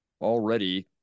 already